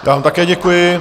Já vám také děkuji.